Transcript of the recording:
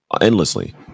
endlessly